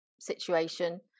situation